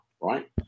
right